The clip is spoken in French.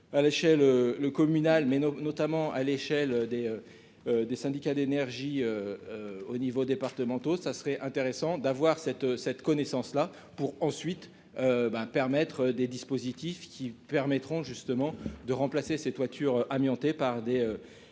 à l'échelle le communal mais nos notamment à l'échelle des des syndicats d'énergie au niveau départementaux, ça serait intéressant d'avoir cette cette connaissance là pour ensuite ben permettre des dispositifs qui permettront justement de remplacer ces toitures amiantés par des